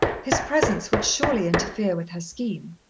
his presence would surely interfere with her scheme.